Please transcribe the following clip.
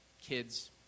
kid's